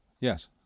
Yes